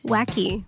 Wacky